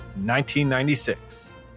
1996